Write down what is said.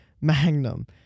Magnum